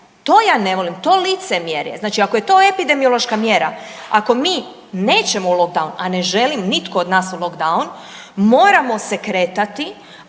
To ja ne volim, to licemjerje. Znači ako je to epidemiološka mjera, ako mi nećemo u lock down, a ne želi nitko od nas u lock down, moramo se kretati,